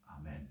Amen